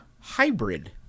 hybrid